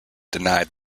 denied